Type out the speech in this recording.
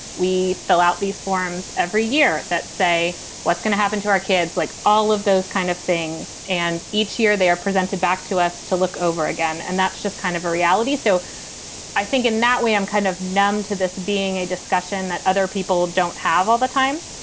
we fill out these forms every year that say what's going to happen to our kids like all of those kind of things. and each year they are presented back to us to look over again. and that's just kind of a reality. so i think in that way, i'm kind of numb to this being a discussion that other people don't have all the time.